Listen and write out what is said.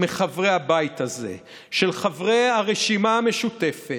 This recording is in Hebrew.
מחברי הבית הזה, של חברי הרשימה המשותפת,